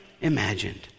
imagined